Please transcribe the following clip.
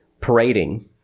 parading